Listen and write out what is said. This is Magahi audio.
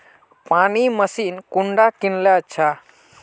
पानी मशीन कुंडा किनले अच्छा?